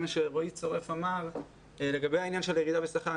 רועי צורף לגבי העניין של הירידה בשכר.